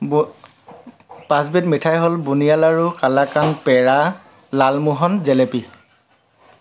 ব পাঁচবিধ মিঠাই হ'ল বুনিয়া লাড়ু কালাকান পেৰা লালমোহন জেলেপি